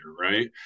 right